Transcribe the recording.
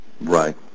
Right